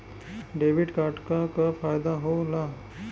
Debit card क का फायदा हो ला?